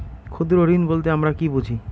ক্ষুদ্র ঋণ বলতে আমরা কি বুঝি?